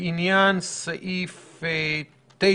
לעניין סעיף 9